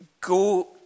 go